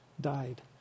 died